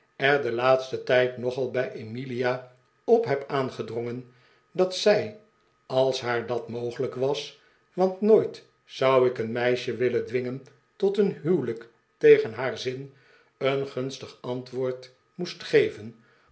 er den laatsten tijd nogal bij emilia op heb aangedrongen dat zij als haar dat mogelijk was want nooit zou ik een meisje willen dwingen tot een huwelijk tegen haar zin een gunstig antwoord moest geven